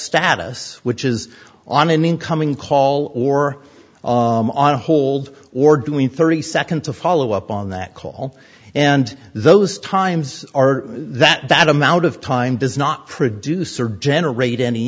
status which is on an incoming call or on hold or doing thirty seconds of follow up on that call and those times are that amount of time does not produce or generate any